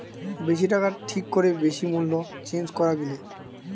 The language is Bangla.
বেশি টাকায় ঠিক করে বেশি মূল্যে চেঞ্জ করা গিলে